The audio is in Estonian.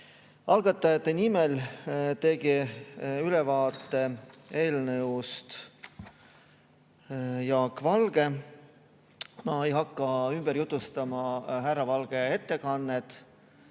Algatajate nimel tegi ülevaate eelnõust Jaak Valge. Ma ei hakka ümber jutustama härra Valge ettekannet,